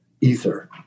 ether